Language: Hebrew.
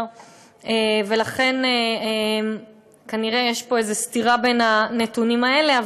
ולכן כנראה יש פה סתירה בין הנתונים האלה.